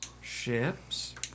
ships